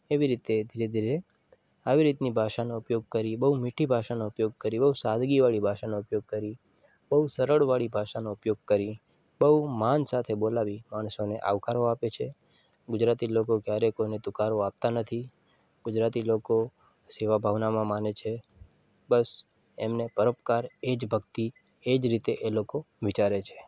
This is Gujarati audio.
એવી રીતે ધીરે ધીરે આવી રીતની ભાષાનો ઉપયોગ કરી બહુ મીઠી ભાષાનો ઉપયોગ કરી બહુ સાદગીવાળી ભાષાનો ઉપયોગ કરી બહુ સરળવાળી ભાષાનો ઉપયોગ કરી બહુ માન સાથે બોલાવી માણસોને આવકારો આપે છે ગુજરાતી લોકો ક્યારેય કોઈને તુકારો આપતા નથી ગુજરાતી લોકો સેવાભાવનામાં માને છે બસ એમને પરોપકાર એ જ ભક્તિ એ જ રીતે એ લોકો વિચારે છે